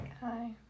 Hi